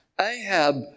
Ahab